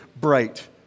bright